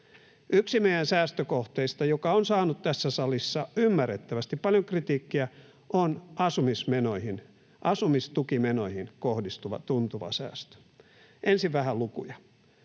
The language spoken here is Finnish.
Yksi meidän säästökohteistamme, joka on saanut tässä salissa ymmärrettävästi paljon kritiikkiä, on asumistukimenoihin kohdistuva, tuntuva säästö. Ensin vähän lukuja.